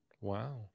Wow